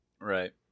Right